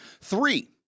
Three